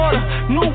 New